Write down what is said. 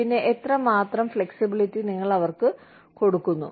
പിന്നെ എത്രമാത്രം വഴക്കം നിങ്ങൾ അവർക്ക് കൊടുക്കുന്നു